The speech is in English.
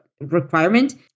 requirement